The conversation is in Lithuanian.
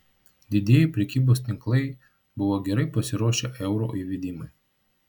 didieji prekybos tinklai buvo gerai pasiruošę euro įvedimui